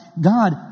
God